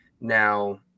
now